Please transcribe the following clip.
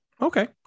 okay